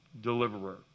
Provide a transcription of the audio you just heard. Deliverer